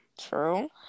True